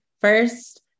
first